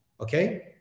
okay